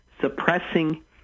suppressing